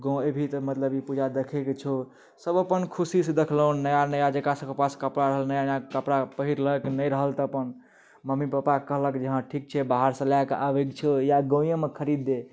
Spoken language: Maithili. गाँव एबही तऽ मतलब ई पूजा देखै कऽ छौ सब अपन खुशीसँ देखलहुँ नया नया जकरा सब कऽ पास कपड़ा रहल नया नया कपड़ा पहिरलक नहि रहल तऽ अपन मम्मी पापाके कहलक जे हँ ठीक छै बाहरसँ लए कऽ आबै कऽ छौ या गाँवेमे खरीद दे